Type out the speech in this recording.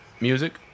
Music